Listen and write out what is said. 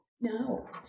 No